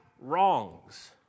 wrongs